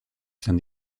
izan